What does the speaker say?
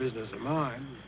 business min